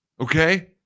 okay